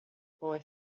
boy